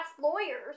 lawyers